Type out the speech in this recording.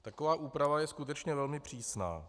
Taková úprava je skutečně velmi přísná.